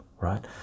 right